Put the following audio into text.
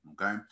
okay